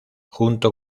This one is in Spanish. junto